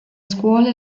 scuole